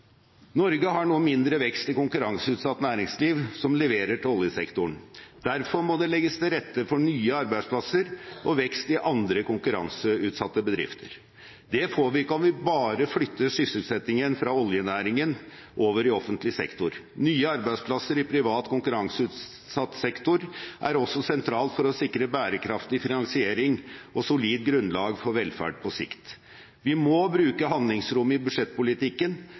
Norge har nå mindre vekst i det konkurranseutsatte næringslivet som leverer til oljesektoren. Derfor må det legges til rette for nye arbeidsplasser og vekst i andre konkurranseutsatte bedrifter. Det får vi ikke om vi bare flytter sysselsettingen fra oljenæringen over til offentlig sektor. Nye arbeidsplasser i privat, konkurranseutsatt sektor er også sentralt for å sikre bærekraftig finansiering og et solid grunnlag for velferd på sikt. Vi må bruke handlingsrommet i budsjettpolitikken